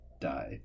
die